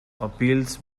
appeals